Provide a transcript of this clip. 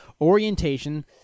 orientation